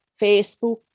Facebook